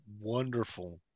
wonderful